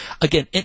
Again